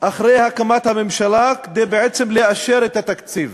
אחרי הקמת הממשלה כדי לאשר את התקציב.